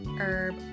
Herb